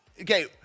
Okay